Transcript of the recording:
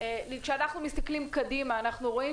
כשאנחנו מסתכלים קדימה, אנחנו רואים